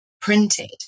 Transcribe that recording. printed